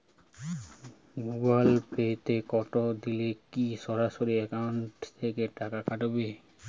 Google Pay তে টাকা দিলে কি সরাসরি অ্যাকাউন্ট থেকে টাকা কাটাবে?